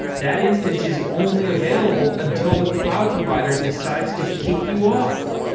that instance is only available until the cloud provider decides to kick you off.